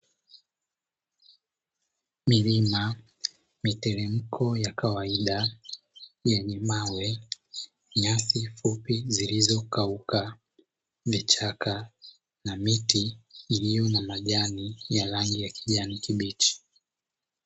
Milima, miteremko ya kawaida yenye mawe, nyasi fupi zilizokauka, vichaka na miti iliyo na majani ya rangi ya kijani kibichi.